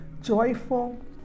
joyful